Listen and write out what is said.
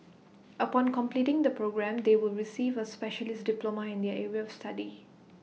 upon completing the programme they will receive A specialist diploma in their area study